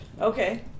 Okay